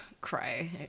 cry